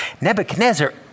Nebuchadnezzar